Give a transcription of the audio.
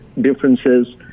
differences